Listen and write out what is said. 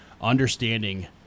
Understanding